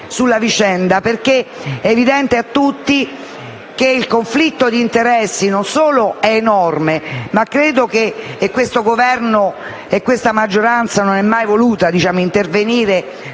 sulla vicenda, perché è evidente a tutti che il conflitto di interessi è enorme e che questo Governo e questa maggioranza non hanno mai voluto intervenire